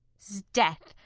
sdeath!